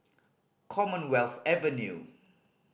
Commonwealth Avenue